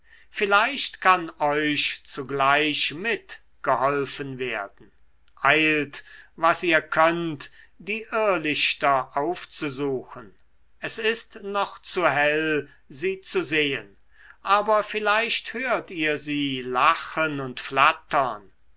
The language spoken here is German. vielleicht kann euch zugleich mit geholfen werden eilt was ihr könnt die irrlichter aufzusuchen es ist noch zu hell sie zu sehen aber vielleicht hört ihr sie lachen und flattern